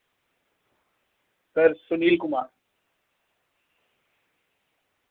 sir Sunil Kumar